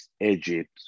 Egypt